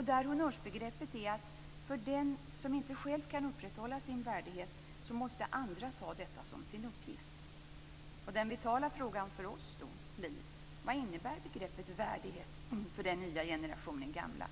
Där är honnörsbegreppet att för den som inte själv kan upprätthålla sin värdighet måste andra ta detta som sin uppgift. De vitala frågorna för oss blir då: Vad innebär begreppet värdighet för den nya generationen gamla?